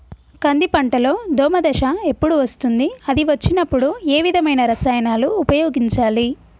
కంది పంటలో దోమ దశ ఎప్పుడు వస్తుంది అది వచ్చినప్పుడు ఏ విధమైన రసాయనాలు ఉపయోగించాలి?